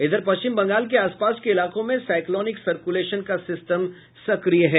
इधर पश्चिम बंगाल के आस पास के इलाकों में साईक्लोनिक सर्कुलेशन का सिस्टम सक्रिय है